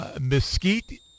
Mesquite